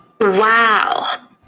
wow